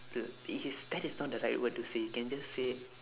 uh is that is not the right word to say can just say